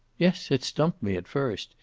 yes. it stumped me, at first.